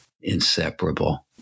inseparable